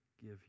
give